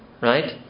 Right